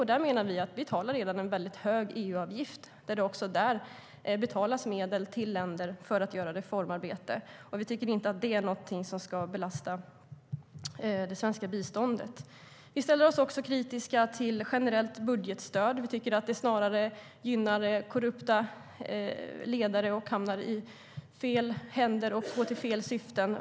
Vi menar att vi redan betalar en hög EU-avgift, och även genom den betalas medel ut till länder för reformarbete. Vi tycker inte att det ska belasta det svenska biståndet. Vi är också kritiska till generellt budgetstöd. Det gynnar korrupta ledare, hamnar i fel händer och går till fel syften.